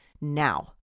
now